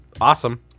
awesome